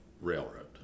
railroad